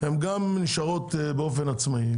גם נשארות באופן עצמאי,